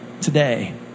today